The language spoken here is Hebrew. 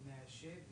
31 אלף.